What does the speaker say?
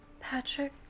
Patrick